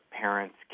parents